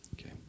Okay